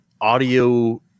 audio